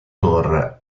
torre